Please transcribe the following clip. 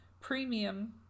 premium